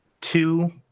Two